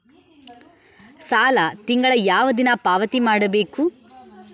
ಸಾಲ ತಿಂಗಳ ಯಾವ ದಿನ ಪಾವತಿ ಮಾಡಬೇಕು?